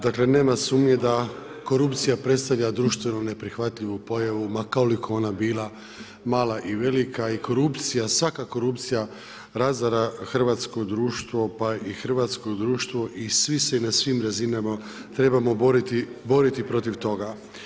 Dakle nema sumnje da korupcija predstavlja društvenu neprihvatljivu pojavu ma koliko ona bila mala i velika i svaka korupcija razara hrvatsko društvo pa i hrvatsko društvo i svi se na svim razinama trebamo boriti protiv toga.